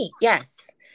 Yes